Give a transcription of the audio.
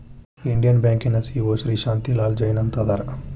Indian ಬ್ಯಾಂಕಿನ CEO Shri Shanti Lal Jain ಅಂತ ಅದಾರ